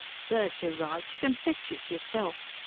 serves you right. you can fetch it yourself.